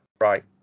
Right